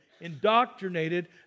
indoctrinated